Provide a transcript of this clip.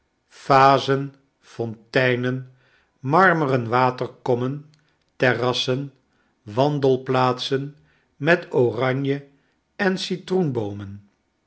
vazen fonteinen marmeren waterkommen terrassen wandelplaatsen met oranje en citroenboomen